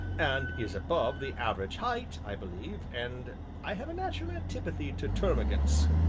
and is above the average height, i believe, and i have natural antipathy to termagants,